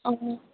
অ